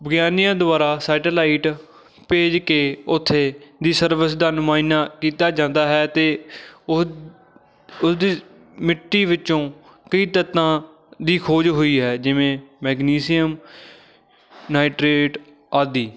ਵਿਗਿਆਨੀਆਂ ਦੁਆਰਾ ਸੈਟੇਲਾਈਟ ਭੇਜ ਕੇ ਉੱਥੇ ਦੀ ਸਰਵਿਸ ਦਾ ਨੁਮਾਇਨਾ ਕੀਤਾ ਜਾਂਦਾ ਹੈ ਅਤੇ ਉਸ ਉਸਦੀ ਮਿੱਟੀ ਵਿੱਚੋਂ ਕਈ ਤੱਤਾਂ ਦੀ ਖੋਜ ਹੋਈ ਹੈ ਜਿਵੇਂ ਮੈਗਨੀਸ਼ੀਅਮ ਨਾਈਟਰੇਟ ਆਦਿ